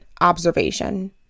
observation